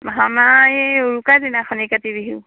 ভাওনা এই উৰুকা দিনাখনি কাতি বিহু